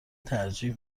ترجیح